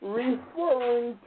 referring